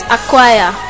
Acquire